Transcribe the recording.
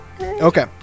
Okay